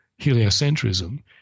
heliocentrism